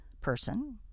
person